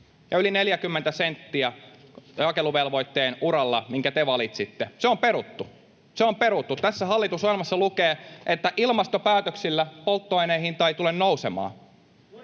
ja yli 40 senttiä jakeluvelvoitteen uralla, minkä te valitsitte. Se on peruttu — se on peruttu. Tässä hallitusohjelmassa lukee, että ilmastopäätöksillä polttoaineen hinta ei tule nousemaan.